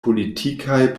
politikaj